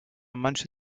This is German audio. manche